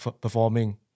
performing